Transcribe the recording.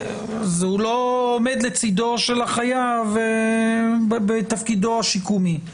הוא לא עומד לצידו של החייב בתפקידו השיקומי.